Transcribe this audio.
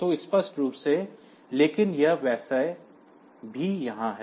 तो स्पष्ट रूप से लेकिन यह वैसे भी यहाँ है